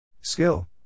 Skill